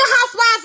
housewives